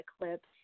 eclipse